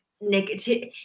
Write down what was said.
negative